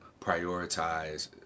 prioritize